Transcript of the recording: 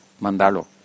mandarlo